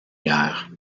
guerres